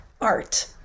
art